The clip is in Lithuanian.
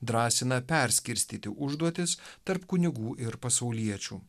drąsina perskirstyti užduotis tarp kunigų ir pasauliečių